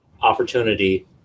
opportunity